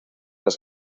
las